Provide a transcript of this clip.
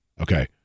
Okay